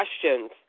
questions